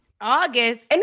August